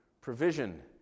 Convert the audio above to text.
Provision